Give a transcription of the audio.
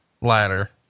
ladder